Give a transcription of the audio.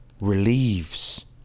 relieves